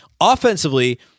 Offensively